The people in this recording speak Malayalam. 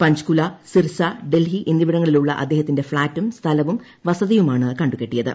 പഞ്ച്കുല സിർസ ഡൽഹി എന്നിവിടങ്ങളിലുള്ള അദ്ദേഹത്തിന്റെ ഫ്ളാറ്റും സ്ഥലവും വസതിയുമാണ് കണ്ടുകെട്ടിയത്